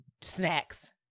snacks